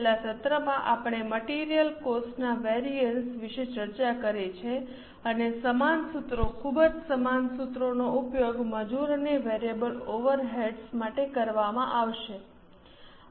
છેલ્લા સત્રમાં આપણે મટિરિયલ કોસ્ટના વિવિધતા વિશે ચર્ચા કરી છે અને સમાન સૂત્રો ખૂબ જ સમાન સૂત્રોનો ઉપયોગ મજૂર અને વેરિયેબલ ઓવરહેડ્સ માટે કરવામાં આવશે